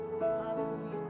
Hallelujah